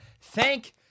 Thank